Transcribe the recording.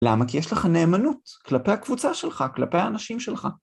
למה? כי יש לך נאמנות כלפי הקבוצה שלך, כלפי האנשים שלך.